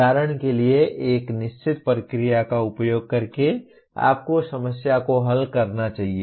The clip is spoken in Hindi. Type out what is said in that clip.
उदाहरण के लिए एक निश्चित प्रक्रिया का उपयोग करके आपको समस्या को हल करना चाहिए